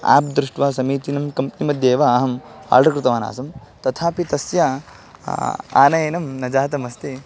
app दृष्ट्वा समीचीनं company मध्ये एव अहम् आर्डर् कृतवान् आसम् तथापि तस्य आनयनं न जातमस्ति